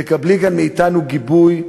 תקבלי מאתנו גיבוי.